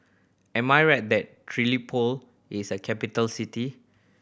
am I right that Tripoli is a capital city